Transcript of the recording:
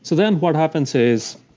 so then what happens is